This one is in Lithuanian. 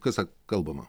kas kalbama